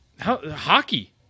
hockey